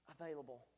available